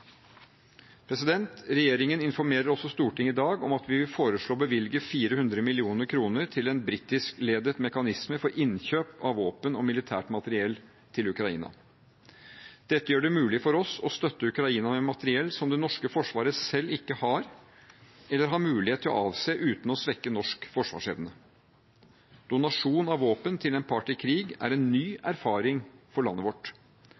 Regjeringen informerer også Stortinget i dag om at vi vil foreslå å bevilge 400 mill. kr til en britiskledet mekanisme for innkjøp av våpen og militært materiell til Ukraina. Dette gjør det mulig for oss å støtte Ukraina med materiell som det norske Forsvaret selv ikke har eller har mulighet til å avse uten å svekke norsk forsvarsevne. Donasjon av våpen til en part i krig er en ny erfaring for landet vårt.